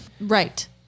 Right